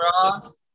cross